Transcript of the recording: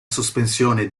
sospensione